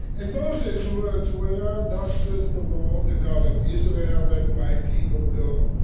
and moses's words were, yeah thus says the lord, the god of israel let my people go,